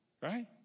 right